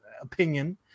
opinion